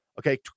okay